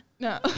No